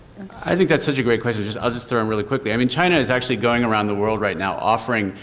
i think that's such a great question. so, i'll just throw in really quickly. i mean china is actually going around the world right now offering,